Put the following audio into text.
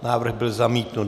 Návrh byl zamítnut.